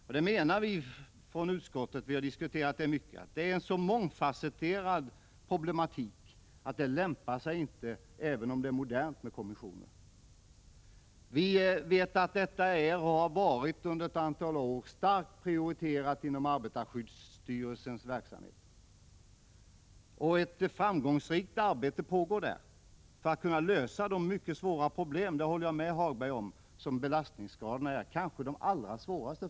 Vi har diskuterat belastningsskadorna mycket i utskottet, och vi anser att de utgör en så mångfasetterad problematik att en kommission inte är lämplig i det fallet, även om det är modernt med kommissioner. Under ett antal år har detta område varit starkt prioriterat inom arbetarskyddsstyrelsens verksamhet, och vi vet att ett framgångsrikt arbete pågår för att lösa problemen. Jag håller med Lars-Ove Hagberg om att belastningsskadorna är ett mycket svårt problem, kanske det allra svåraste.